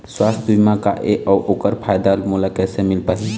सुवास्थ बीमा का ए अउ ओकर फायदा मोला कैसे मिल पाही?